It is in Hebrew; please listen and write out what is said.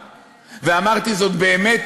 ואמרתי: זאת באמת,